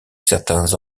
certains